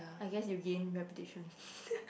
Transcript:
I guess you gain reputation